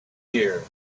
here